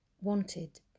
wanted